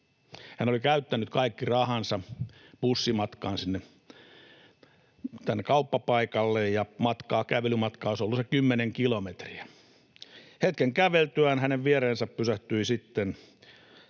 Hän oli käyttänyt kaikki rahansa bussimatkaan tänne kauppapaikalle, ja kävelymatkaa olisi ollut se 10 kilometriä. Pojan käveltyä hetken hänen viereensä pysähtyi sitten